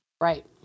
Right